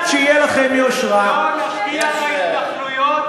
אבל הוא גם אמר את ההמשך,